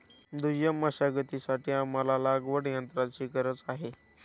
दुय्यम मशागतीसाठी आम्हाला लागवडयंत्राची गरज आहे